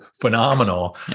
phenomenal